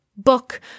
book